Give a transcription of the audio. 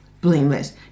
blameless